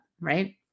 right